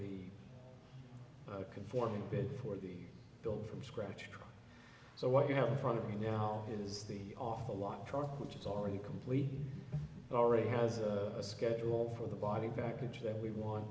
the conforming bid for the build from scratch so what you have the front of me now is the awful lot truck which is already complete already has a schedule for the body package that we want